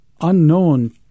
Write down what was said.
unknown